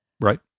right